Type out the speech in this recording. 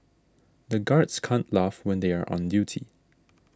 the guards can't laugh when they are on duty